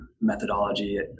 methodology